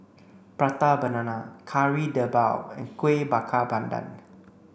prata banana Kari Debal and Kuih Bakar Pandan